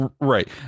Right